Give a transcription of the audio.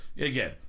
again